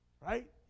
Right